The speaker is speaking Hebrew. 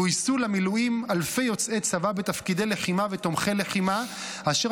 גויסו למילואים אלפי יוצאי צבא בתפקידי לחימה ותומכי לחימה אשר